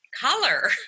color